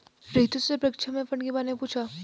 रितु से परीक्षा में फंड के प्रकार के बारे में पूछा